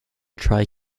try